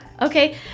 Okay